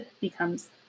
becomes